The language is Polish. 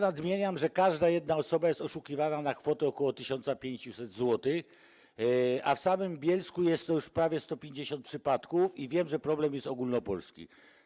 Nadmieniam, że każda jedna osoba jest oszukiwana na kwotę ok. 1500 zł, a w samym Bielsku jest to już prawie 150 przypadków i wiem, że problem jest ogólnopolski.